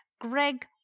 Greg